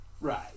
Right